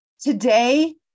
Today